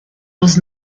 was